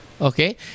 okay